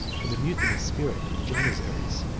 and the mutinous spirit of the janizaries.